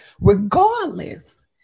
Regardless